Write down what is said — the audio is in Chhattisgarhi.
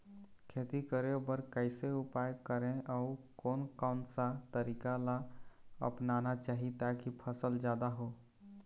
खेती करें बर कैसे उपाय करें अउ कोन कौन सा तरीका ला अपनाना चाही ताकि फसल जादा हो?